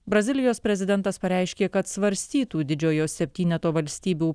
brazilijos prezidentas pareiškė kad svarstytų didžiojo septyneto valstybių